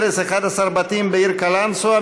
הרס 11 בתים בעיר קלנסואה,